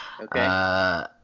Okay